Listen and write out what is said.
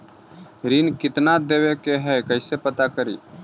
ऋण कितना देवे के है कैसे पता करी?